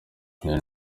nelly